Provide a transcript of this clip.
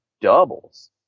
doubles